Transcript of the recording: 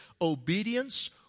obedience